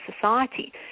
society